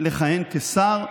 בבקשה.